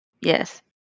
Yes